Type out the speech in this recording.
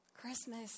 Christmas